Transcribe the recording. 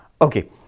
Okay